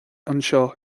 anseo